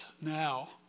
now